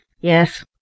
Yes